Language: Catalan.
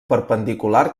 perpendicular